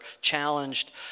challenged